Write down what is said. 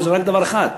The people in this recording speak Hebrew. זה רק דבר אחד: